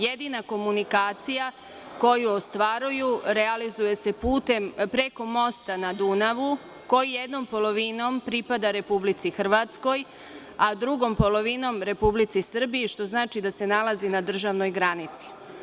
Jedina komunikacija koju ostvaruju realizuje se preko mosta na Dunavu, koji jednom polovinom pripada Republici Hrvatskoj, a drugom polovinom Republici Srbiji, što znači da se nalazi na državnoj granici.